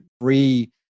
free